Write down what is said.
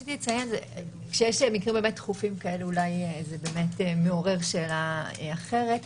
כשיש מקרים דחופים כאלה, זה באמת מעורר שאלה אחרת.